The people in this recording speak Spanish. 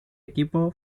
equipo